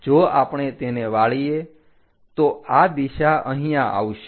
જો આપણે તેને વાળીએ તો આ દિશા અહીંયા આવશે